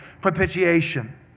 propitiation